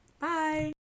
bye